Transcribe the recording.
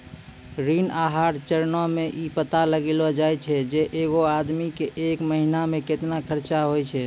ऋण आहार चरणो मे इ पता लगैलो जाय छै जे एगो आदमी के एक महिना मे केतना खर्चा होय छै